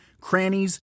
crannies